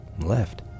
left